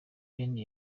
bene